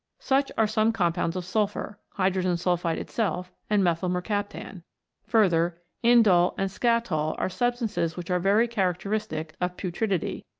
such are some compounds of sulphur, hydrogen sulphide itself, and methyl-mercaptan further, indol and scatol are substances which are very characteristic of putridity.